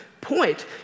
point